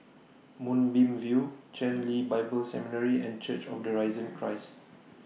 Moonbeam View Chen Lien Bible Seminary and Church of The Risen Christ